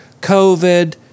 COVID